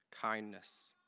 kindness